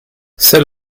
c’est